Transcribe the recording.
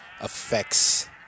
affects